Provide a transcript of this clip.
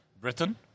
britain